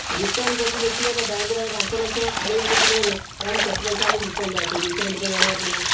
return ଯଦି ଦେଖିବେ ତ ବ୍ୟାଙ୍କ୍ ରୁ ଆମେ ପାଞ୍ଚଲକ୍ଷ ଆଣିବା ଯଦି ଲୋନ୍ ତାହେଲେ ଆମକୁ କେତେ ପଇସା ଆମକୁ ରିଟର୍ଣ୍ଣ ଦେବା ସେ ବିଷୟରେ ମଧ୍ୟ ଜାଣିବାକୁ ପଡ଼ିବ